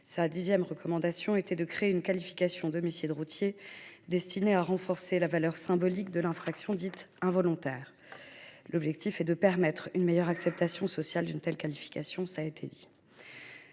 Sa dixième recommandation était de « créer une qualification d’homicide routier » destinée à « renforcer la valeur symbolique de l’infraction d’homicide dit involontaire ». L’objectif est de « permettre une meilleure acceptation sociale d’une telle qualification ». Comment